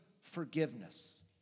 forgiveness